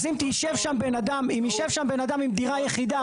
אז אם ישב שם בן אדם עם דירה יחידה,